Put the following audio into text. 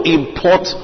import